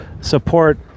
support